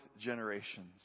generations